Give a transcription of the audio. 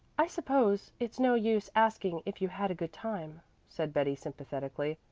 i suppose it's no use asking if you had a good time, said betty sympathetically,